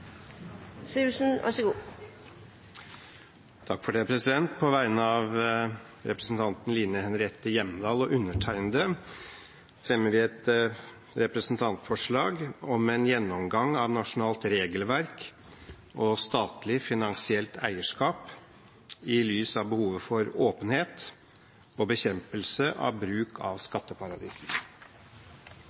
På vegne av representanten Line Henriette Hjemdal og undertegnede fremmer jeg et representantforslag om en gjennomgang av regelverk og statlig finansielt eierskap i lys av behovet for åpenhet og bekjempelse av bruk av skatteparadiser.